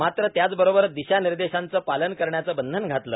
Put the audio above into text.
मात्र त्याबरोबरच दिशानिर्देशांचे पालन करण्याचे बंधन घातले